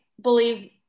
believe